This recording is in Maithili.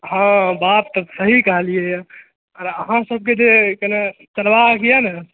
हँ बात तऽ सही कहलियैए आर अहाँसबकेँ जे कने चलबाके यऽ ने